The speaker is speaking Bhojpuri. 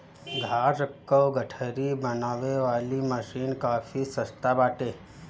घास कअ गठरी बनावे वाली मशीन काफी सस्ता बाटे